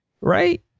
Right